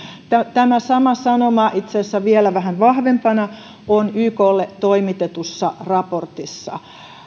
tämä sama sanoma on itse asiassa vielä vähän vahvempana yklle toimitetussa raportissa